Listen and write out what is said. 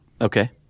Okay